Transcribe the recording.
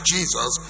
Jesus